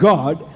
God